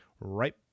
right